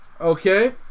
Okay